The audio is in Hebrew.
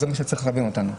זה מה שצריך לכוון אותנו.